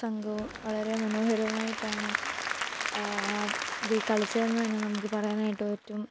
സംഘവും വളരെ മനോഹരമായിട്ടാണ് ആ ഇതിൽ കളിച്ചതെന്നു തന്നെ നമുക്ക് പറയാനായിട്ടു പറ്റും